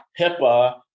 HIPAA